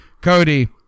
Cody